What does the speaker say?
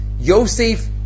Yosef